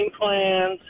plans